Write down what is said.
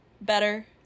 Better